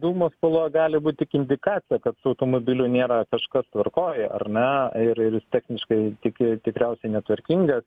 dūmo spalva gali būti tik indikacija kad su automobiliu nėra kažkas tvarkoj ar ne ir ir jis techniškai tiki tikriausiai netvarkingas